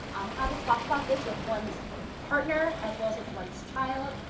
um how to talk about this with one's partner as well as with one's child.